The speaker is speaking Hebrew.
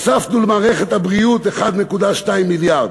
הוספנו למערכת הבריאות 1.2 מיליארד.